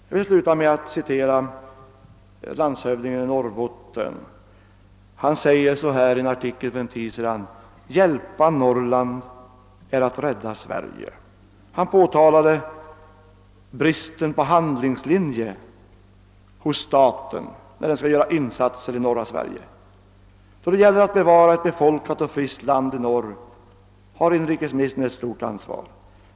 Jag vill sluta med att citera landshövdingen i Norrbotten, som i en artikel för någon tid sedan skrev: »Hjälpa Norrland är att rädda Sverige.» Han påtalade statens brist på handlingslinje när det gäller insatser i norra Sverige. Då det gäller att bevara ett befolkat och friskt land i norr har inrikesministern ett stort ansvar.